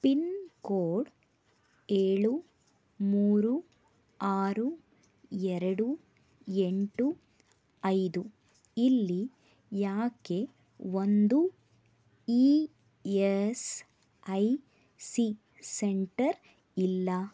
pin code ಏಳು ಮೂರು ಆರು ಎರಡು ಎಂಟು ಐದು ಇಲ್ಲಿ ಯಾಕೆ ಒಂದೂ E S I C centre ಇಲ್ಲ